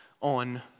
on